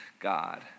God